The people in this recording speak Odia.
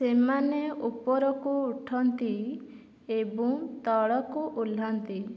ସେମାନେ ଉପରକୁ ଉଠନ୍ତି ଏବଂ ତଳକୁ ଓହ୍ଲାନ୍ତି